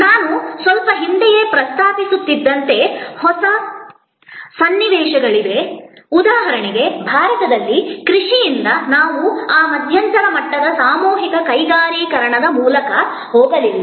ನಾನು ಸ್ವಲ್ಪ ಹಿಂದೆಯೇ ಪ್ರಸ್ತಾಪಿಸುತ್ತಿದ್ದಂತೆ ಹೊಸ ಸನ್ನಿವೇಶಗಳಿವೆ ಉದಾಹರಣೆಗೆ ಭಾರತದಲ್ಲಿ ಕೃಷಿಯಿಂದ ನಾವು ಆ ಮಧ್ಯಂತರ ಮಟ್ಟದ ಸಾಮೂಹಿಕ ಕೈಗಾರಿಕೀಕರಣದ ಮೂಲಕ ಹೋಗಲಿಲ್ಲ